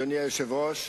אדוני היושב-ראש,